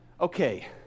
okay